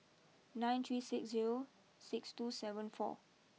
nine three six zero six two seven four